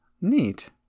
Neat